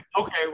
okay